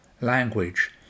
language